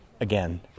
again